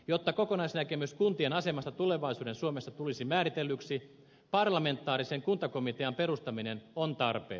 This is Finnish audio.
jotta kokonaisnäkemys kuntien asemasta tulevaisuuden suomessa tulisi määritellyksi parlamentaarisen kuntakomitean perustaminen on tarpeen